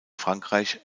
frankreich